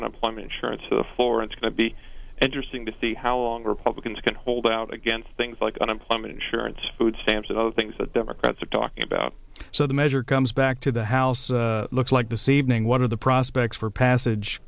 unemployment insurance to the floor going to be interesting to see how long republicans can hold out against things like unemployment insurance food stamps and other things that democrats are talking about so the measure comes back to the house looks like the sebring what are the prospects for passage